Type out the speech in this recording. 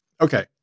okay